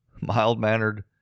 mild-mannered